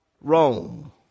Rome